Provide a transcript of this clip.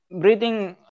breathing